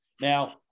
Now